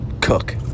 cook